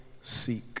seek